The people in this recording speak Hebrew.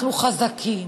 אנחנו חזקים.